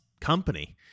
company